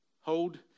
hold